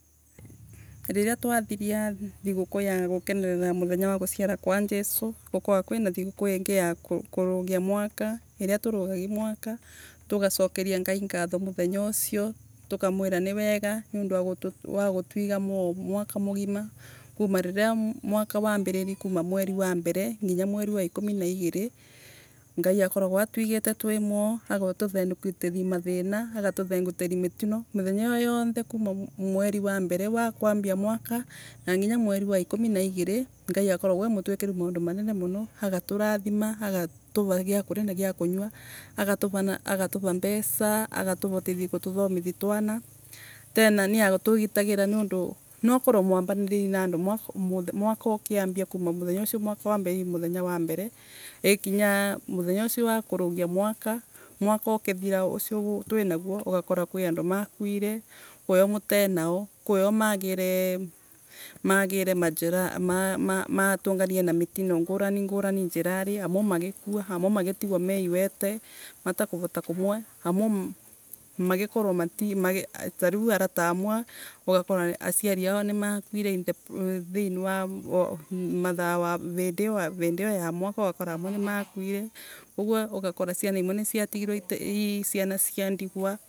Riria twathiria thikguku ya gukenerera muthenya wa guciarwa kwa Jesu. gukoragwa kwina thiguku ya kurugia mwaka. Riria turugagia mwaka tugacokeria Ngai ngatha muthenya ucio tukamwira niwega mundu wa gutuiga moyo mwaka mugima kuuma riria mwaka wambiririe kuuma mweri wa mbere, nginya mweri wa ikumi na igiri, Ngai akorogwa atuigite tuii moo agatuvaagatuthengutiria mathina, akatuthengutiria mutino. Muthenya iiyo yonthe kuuma mweri wa mbere wa kwambia mwaka, nginya mweri wa ikumi na igirii. Ngai akoragwa emutuikiru maundu manene muno, agatu nathima agatuva gia kuria na giakunywa agatuva na agatura mbeca agatuva gia fukavata kuthomithia twana, tena niatugitagira niundu nokorwe mwamba riririe na mundu mwaka ukiambia kuma mwaka wambagiririria muthenya ucio wa mbere, ugikinya muthenya ucio wa kurugia mwaka, mwaka ukithira ucio twinaguo, kwi andu ma kuire teha kwingo maigre magire ma magire majeraha maama matunganire na mitino ngurani ngurani njirari, amwe magitigwo me iwete, mataku vata kuria, amwe magikorwo mati magi tariu arata amwe aciari aao nimakuire thiini wa mathaa wa ma vindi iyo ya mwaka ugakora amwe ni makuire, koguo ugakora ciana imwe ni cia tigirwe ii cia ndigwa.